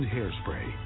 Hairspray